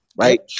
right